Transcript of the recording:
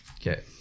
Okay